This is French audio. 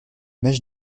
mèches